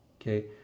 okay